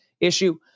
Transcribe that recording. issue